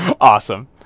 Awesome